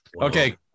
Okay